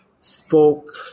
spoke